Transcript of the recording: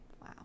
Wow